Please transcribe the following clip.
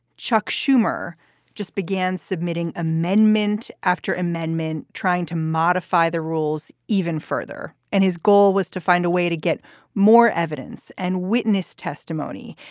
chuck schumer just began submitting amendment after amendment, trying to modify the rules even further. and his goal was to find a way to get more evidence and witness testimony.